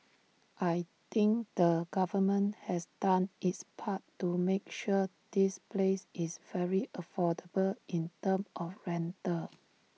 I think the government has done its part to make sure this place is very affordable in terms of rental